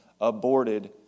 aborted